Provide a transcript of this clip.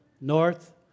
north